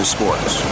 Sports